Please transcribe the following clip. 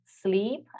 sleep